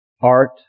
art